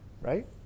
right